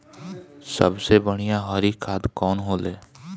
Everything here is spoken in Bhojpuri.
सबसे बढ़िया हरी खाद कवन होले?